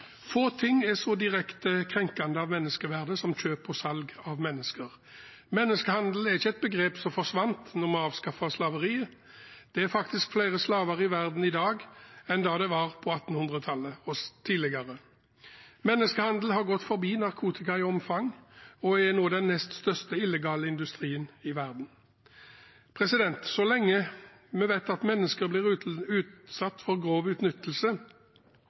Få ting er så direkte krenkende av menneskeverdet som kjøp og salg av mennesker. Begrepet menneskehandel forsvant ikke da man avskaffet slaveriet. Det er faktisk flere slaver i verden i dag enn det var på 1800-tallet, og tidligere. Menneskehandel har gått forbi narkotika i omfang, og er nå den nest største illegale industrien i verden. Så lenge vi vet at mennesker utsettes for grov utnyttelse,